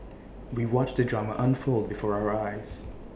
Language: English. we watched the drama unfold before our eyes